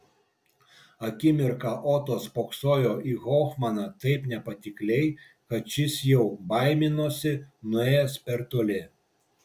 akimirką oto spoksojo į hofmaną taip nepatikliai kad šis jau baiminosi nuėjęs per toli